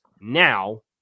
now